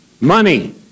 money